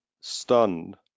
stunned